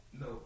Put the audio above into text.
No